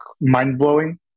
mind-blowing